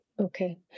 Okay